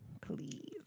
please